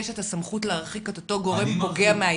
סמכות להרחיק מהילד את אותו גורם פוגע.